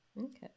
Okay